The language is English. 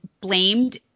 blamed